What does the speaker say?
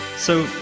so,